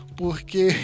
porque